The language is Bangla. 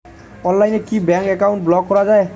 অনলাইনে কি ব্যাঙ্ক অ্যাকাউন্ট ব্লক করা য়ায়?